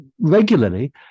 regularly